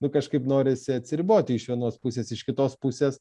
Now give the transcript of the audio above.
nu kažkaip norisi atsiriboti iš vienos pusės iš kitos pusės